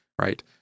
right